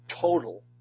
total